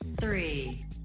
three